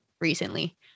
recently